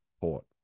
Port